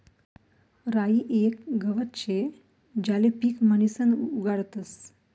राई येक गवत शे ज्याले पीक म्हणीसन उगाडतस